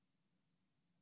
מצפה מכם,